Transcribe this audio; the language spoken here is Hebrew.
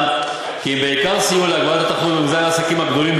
שהן בעיקר סייעו להגברת התחרות במגזר העסקים הגדולים,